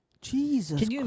Jesus